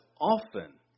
often